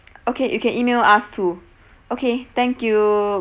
okay you can email us too okay thank you